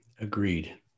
Agreed